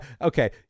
okay